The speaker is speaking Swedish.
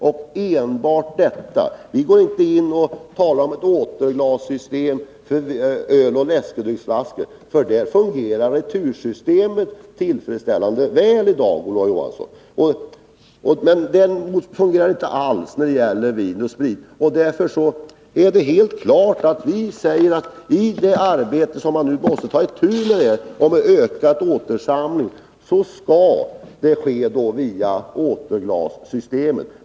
Vi talar inte om ett återglassystem för öloch läskedrycksflaskor. På det området fungerar retursystemet väl i dag, Olof Johansson. Däremot fungerar inte det systemet alls när det gäller vinoch spritbuteljer. Därför är det uppenbart att man måste ta itu med det arbetet. Den ökade återsamlingen skall ske via återglassystemet.